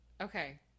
Okay